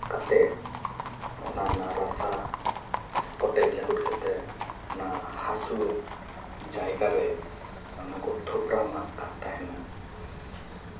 ᱠᱟᱛᱮ ᱚᱱᱟ ᱨᱮᱱᱟᱜ ᱨᱟᱥᱟ ᱥᱮ ᱠᱚᱴᱮᱡ ᱞᱟᱹᱦᱩᱫ ᱠᱟᱛᱮᱜ ᱚᱱᱟ ᱦᱟᱹᱥᱩ ᱡᱟᱭᱜᱟ ᱨᱮ ᱚᱸᱰᱮ ᱠᱚ ᱛᱷᱚᱯᱨᱟᱢᱟᱜ ᱠᱟᱱ ᱛᱟᱦᱮᱱᱟ